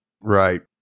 right